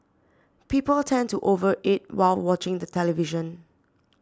people tend to over eat while watching the television